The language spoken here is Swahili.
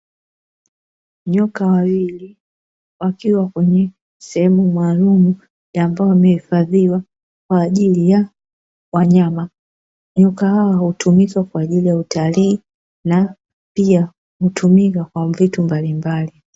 Nyoka wawili wakiwa kwenye sehemu maalumu ambayo wamehifadhiwa kwa ajili ya wanyama, nyoka hawa hutumika kwa ajili ya utalii na pia hutumika kwa vitu mbalimbali.